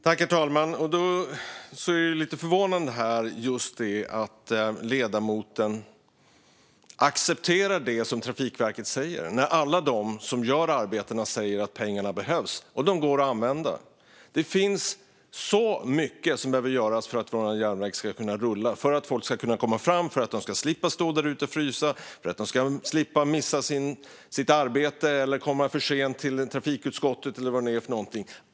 Herr talman! Det är lite förvånande att ledamoten accepterar det som Trafikverket säger, när alla de som utför arbetena säger att pengarna behövs och går att använda. Det finns så mycket som behöver göras för att våra tåg ska kunna rulla och för att folk ska komma fram och ska slippa stå där ute och frysa och missa arbetet eller komma för sent till trafikutskottet eller vad det är.